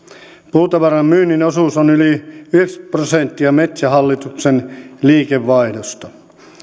puutavaran myynnin osuus on yli yhdeksänkymmentä prosenttia metsähallituksen liikevaihdosta